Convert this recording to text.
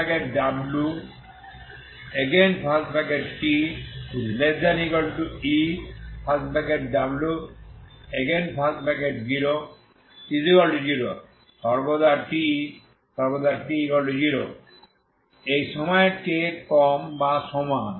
সর্বদা t সর্বদা t 0 এ সময়ের চেয়ে কম বা সমান